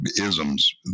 isms